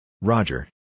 Roger